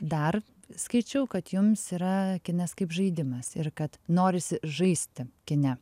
dar skaičiau kad jums yra kinas kaip žaidimas ir kad norisi žaisti kine